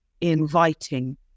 inviting